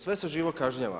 Sve se živo kažnjava.